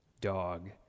dog